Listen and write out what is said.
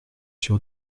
sûr